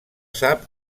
sap